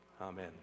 Amen